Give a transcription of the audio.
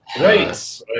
Right